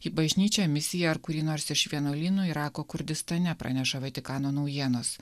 į bažnyčią misiją ar kurį nors iš vienuolynų irako kurdistane praneša vatikano naujienos